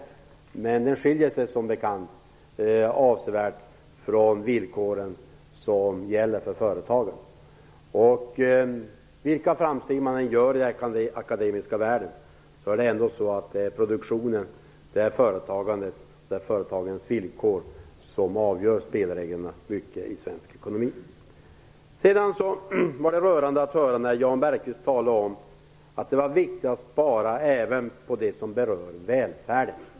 Men den skiljer sig som bekant avsevärt från de villkor som gäller för företagen. Vilka framsteg man än gör i den akademiska världen är det ändå så att det är produktionen, företagandet, och företagens villkor som i stort avgör spelreglerna i svensk ekonomi. Det var rörande att höra när Jan Bergqvist talade om att det var viktigt att spara även på det som berör välfärden.